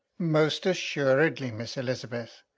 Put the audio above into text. most assuredly, miss elizabeth,